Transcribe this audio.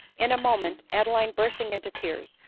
in a moment, adeline bursting into tears,